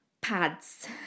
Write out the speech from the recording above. Pads